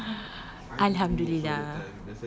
alhamdulilah